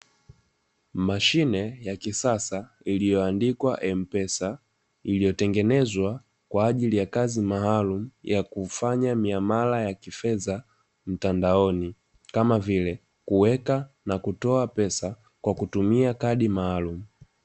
Mashine ya kisasa iliyo andikwa Mpesa imetengenezwa kwajili ya kazi maalumu ya kufanya miamala ya kifedha mtandaoni kama vile, kuweka na kutoa pesa kwa kutumia kadi maalumu